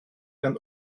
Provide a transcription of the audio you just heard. and